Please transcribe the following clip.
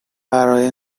برای